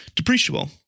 depreciable